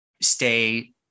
stay